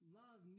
love